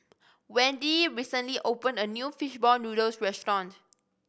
Wende recently opened a new fish ball noodles restaurant